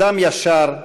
אדם ישר,